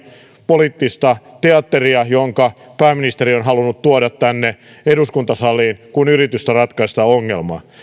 poliittista teatteria jonka pääministeri on halunnut tuoda tänne eduskuntasaliin kuin yritystä ratkaista ongelma